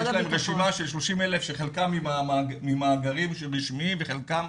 30,000, שחלקם ממאגרים שהם רשמיים וחלקם